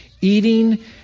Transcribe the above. eating